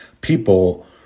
people